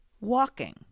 Walking